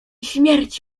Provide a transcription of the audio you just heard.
śmierć